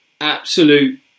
absolute